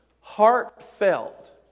heartfelt